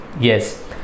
yes